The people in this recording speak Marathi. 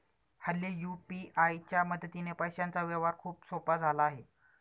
हल्ली यू.पी.आय च्या मदतीने पैशांचा व्यवहार खूपच सोपा झाला आहे